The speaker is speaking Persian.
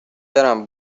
برم